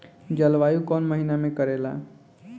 जलवायु कौन महीना में करेला?